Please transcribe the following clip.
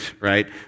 right